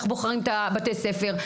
איך בוחרים את בתי הספר,